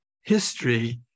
history